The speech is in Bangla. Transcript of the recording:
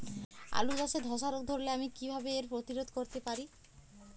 আলু চাষে ধসা রোগ ধরলে আমি কীভাবে এর প্রতিরোধ করতে পারি?